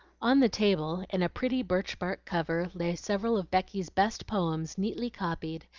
on the table, in a pretty birch-bark cover, lay several of becky's best poems neatly copied,